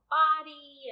body